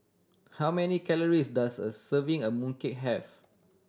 how many calories does a serving of mooncake have